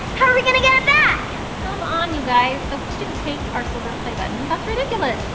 how're we gonna get it back? come on you guys, but she didn't take our silver play button! that's ridiculous!